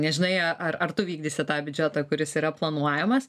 nežinai ar ar tu vykdysi tą biudžetą kuris yra planuojamas